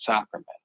sacrament